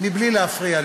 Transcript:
בלי להפריע לי.